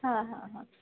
हां हां हां